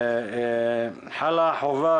חלה החובה,